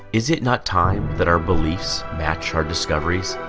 is it not time that our beliefs match our discoveries